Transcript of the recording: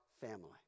family